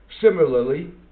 Similarly